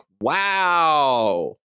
Wow